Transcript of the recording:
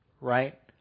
right